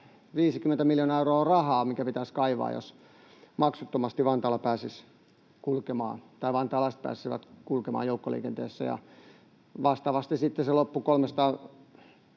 50 miljoonaa euroa rahaa, mikä pitäisi kaivaa, jos maksuttomasti Vantaalla pääsisi kulkemaan tai vantaalaiset